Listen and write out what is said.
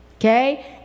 Okay